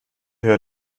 hör